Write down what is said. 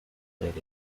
played